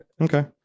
Okay